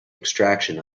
extraction